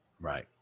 Right